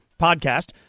podcast